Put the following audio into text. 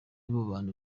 abantu